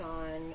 on